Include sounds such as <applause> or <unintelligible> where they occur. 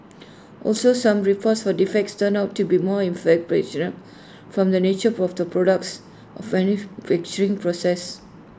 also some reports for defects turned out to be <unintelligible> from the nature of the products or <unintelligible> processes